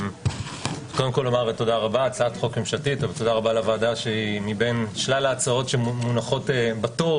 קודם כל נאמר תודה רבה לוועדה שמבין שלל ההצעות שמונחות בתור,